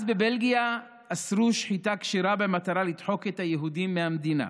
אז בבלגיה אסרו שחיטה כשרה במטרה לדחוק את היהודים מהמדינה.